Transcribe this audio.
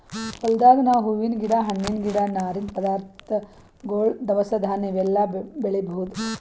ಹೊಲ್ದಾಗ್ ನಾವ್ ಹೂವಿನ್ ಗಿಡ ಹಣ್ಣಿನ್ ಗಿಡ ನಾರಿನ್ ಪದಾರ್ಥಗೊಳ್ ದವಸ ಧಾನ್ಯ ಇವೆಲ್ಲಾ ಬೆಳಿಬಹುದ್